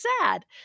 sad